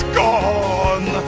gone